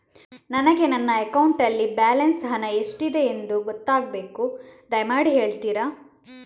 ನನಗೆ ನನ್ನ ಅಕೌಂಟಲ್ಲಿ ಬ್ಯಾಲೆನ್ಸ್ ಹಣ ಎಷ್ಟಿದೆ ಎಂದು ಗೊತ್ತಾಗಬೇಕು, ದಯಮಾಡಿ ಹೇಳ್ತಿರಾ?